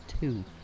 Two